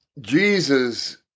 Jesus